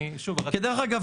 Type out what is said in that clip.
דרך אגב,